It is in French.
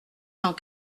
cent